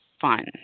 fun